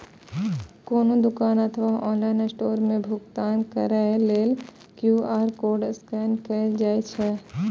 कोनो दुकान अथवा ऑनलाइन स्टोर मे भुगतान करै लेल क्यू.आर कोड स्कैन कैल जाइ छै